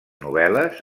novel·les